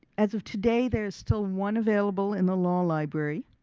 as of today, there is still one available in the law library.